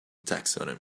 taxonomy